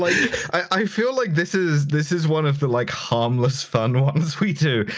like i feel like this is this is one of the, like, harmless fun ones we do,